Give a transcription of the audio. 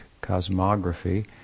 cosmography